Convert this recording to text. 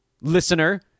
listener